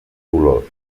dolors